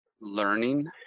learning